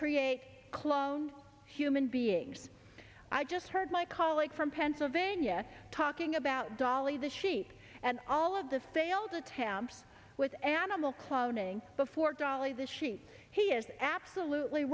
create clone human beings i just heard my colleague from pennsylvania talking about dolly the sheep and all of the failed attempts with animal cloning before dolly the sheep he is absolutely